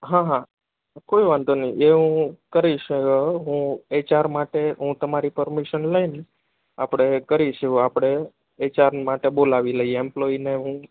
હા હા કોઈ વાંધો નહીં એ હું કરીશ હું એચઆર માટે હું તમારી પરમિશન લઈને આપણે કરીશું આપણે એચઆર માટે બોલાવી લઈએ એમ્પ્લોયીને હું